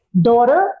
daughter